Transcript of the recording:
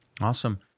Awesome